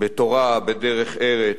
בתורה, בדרך ארץ,